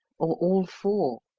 or all four?